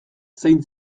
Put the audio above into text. zein